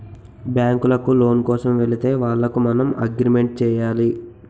బ్యాంకులకు లోను కోసం వెళితే వాళ్లకు మనం అగ్రిమెంట్ చేయాలి